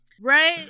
Right